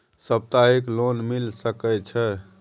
सप्ताहिक लोन मिल सके छै?